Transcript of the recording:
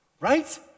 right